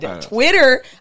Twitter